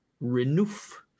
Renouf